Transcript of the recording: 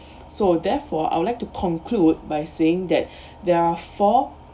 so therefore I would like to conclude by saying that there are four